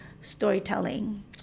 storytelling